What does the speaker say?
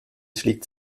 schlägt